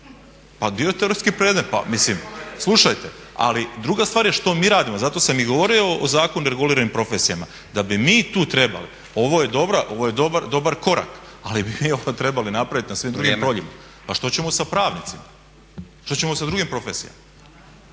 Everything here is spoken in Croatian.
završio fakultet bez problema. Pa mislim slušajte ali druga stvar je što mi radimo. Zato sam i govorio o Zakonu o reguliranim profesijama. Da bi mi tu trebali, ovo je dobar korak, ali bi mi trebali napraviti na svim drugim poljima. Pa što ćemo sa pravnicima? Što ćemo sa drugim profesijama?